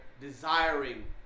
desiring